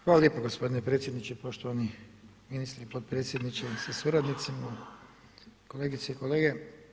Hvala lijepo gospodine predsjedniče, poštovani ministri, potpredsjedniče sa suradnicima, kolegice i kolege.